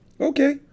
Okay